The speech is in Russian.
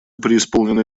преисполнены